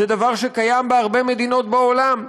זה דבר שקיים בהרבה מדינות בעולם.